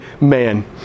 man